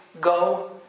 go